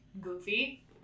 goofy